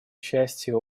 частью